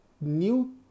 new